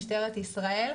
משטרת ישראל,